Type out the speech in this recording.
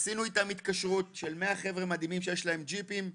עשינו איתם התקשרות של 100 חבר'ה מדהימים שיש להם ג'יפים.